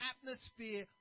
atmosphere